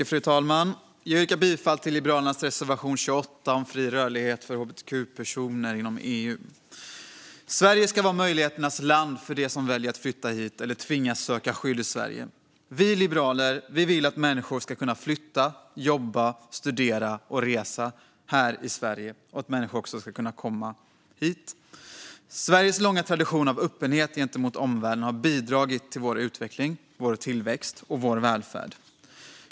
Fru talman! Jag yrkar bifall till Liberalernas reservation 28 om fri rörlighet för hbtq-personer inom EU. Sverige ska vara möjligheternas land för dem som väljer att flytta hit eller tvingas söka skydd i Sverige. Vi liberaler vill att människor ska kunna flytta, jobba, studera och resa här i Sverige och att människor ska kunna komma hit. Sveriges långa tradition av öppenhet gentemot omvärlden har bidragit till landets utveckling, tillväxt och välfärd.